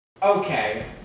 Okay